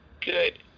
Good